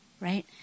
right